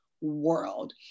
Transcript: world